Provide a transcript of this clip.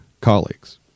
colleagues